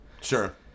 Sure